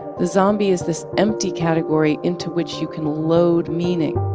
the zombie is this empty category into which you can load meaning